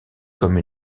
comme